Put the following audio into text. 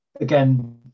again